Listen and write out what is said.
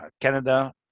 Canada